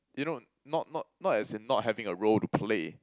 you know not not not as in not having a role to play